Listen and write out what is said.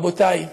רבותי,